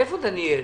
איפה דניאל?